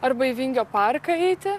arba į vingio parką eiti